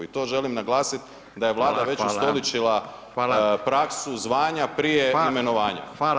I to želim naglasit da je Vlada već ustoličila [[Upadica: Hvala.]] praksu zvanja prije imenovanja.